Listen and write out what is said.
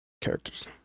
characters